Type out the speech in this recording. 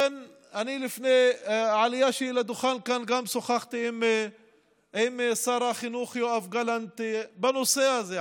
לפני העלייה שלי לדוכן כאן שוחחתי גם עם שר החינוך יואב גלנט בנושא הזה,